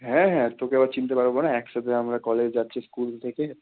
হ্যাঁ হ্যাঁ তোকে আবার চিনতে পারবো না একসাথে আমরা কলেজ যাচ্ছি স্কুল থেকে